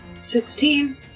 Sixteen